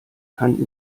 kann